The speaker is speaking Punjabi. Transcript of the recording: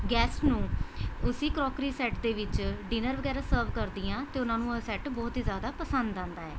ਗੈਸਟ ਨੂੰ ਉਸੀ ਕਰੌਕਰੀ ਸੈੱਟ ਦੇ ਵਿੱਚ ਡਿਨਰ ਵਗੈਰਾ ਸਰਵ ਕਰਦੀ ਹਾਂ ਅਤੇ ਉਹਨਾਂ ਨੂੰ ਉਹ ਸੈੱਟ ਬਹੁਤ ਹੀ ਜ਼ਿਆਦਾ ਪਸੰਦ ਆਉਂਦਾ ਹੈ